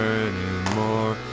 anymore